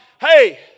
hey